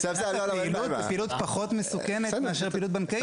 זאת פעילות פחות מסוכנת מאשר פעילות בנקאית.